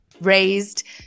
raised